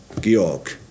georg